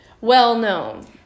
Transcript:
well-known